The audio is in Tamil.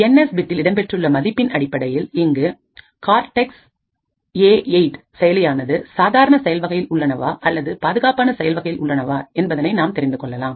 என் எஸ் பிட்ல் இடம்பெற்றுள்ள மதிப்பின் அடிப்படையில் இங்குள்ள கார் டெக் ஏ 8 செயலியானது சாதாரண செயல் வகையில் உள்ளனவா அல்லது பாதுகாப்பான செயல் வகையில் உள்ளனவா என்பதை நாம் தெரிந்து கொள்ளலாம்